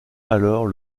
alors